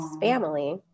family